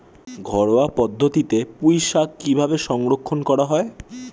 ঘরোয়া পদ্ধতিতে পুই শাক কিভাবে সংরক্ষণ করা হয়?